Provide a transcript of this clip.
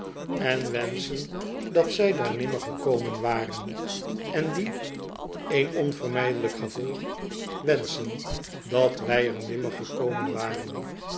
en wenschen dat zij daar nimmer gekomen waren en die eene onvermijde lijk gevolg wenschen dat wij er nimmer gekomen waren